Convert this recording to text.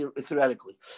Theoretically